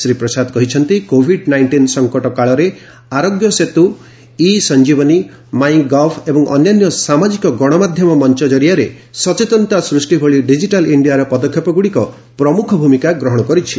ଶ୍ରୀ ପ୍ରସାଦ କହିଛନ୍ତି Covid nineteen ସଂକଟକାଳରେ Aarogya Setu e Sanjeevani my gov ଏବଂ ଅନ୍ୟାନ୍ୟ ସାମାଜିକ ଗଶମାଧ୍ୟମ ମଞ୍ଚ ଜରିଆରେ ସଚେତନତା ସୃଷ୍ଟି ଭଳି ଡିକିଟାଲ୍ ଇଣ୍ଡିଆର ପଦକ୍ଷେପଗ୍ରଡ଼ିକ ପ୍ରମୁଖ ଭୂମିକା ଗ୍ରହଣ କରିଛି